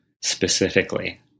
specifically